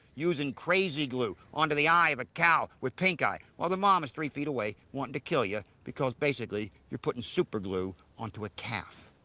using krazy glue, onto the eye of a cow with pinkeye while the mamma's three feet away wanting to kill you because basically you're putting superglue onto a calf.